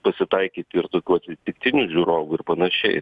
pasitaikyt ir tokių atsitiktinių žiūrovų ir panašiai